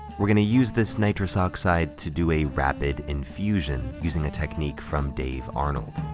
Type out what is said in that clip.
we're gonna use this nitrous oxide to do a rapid infusion, using a technique from dave arnold.